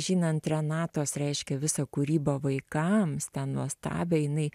žinant renatos reiškia visą kūrybą vaikams tą nuostabią jinai